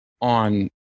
on